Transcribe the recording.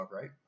right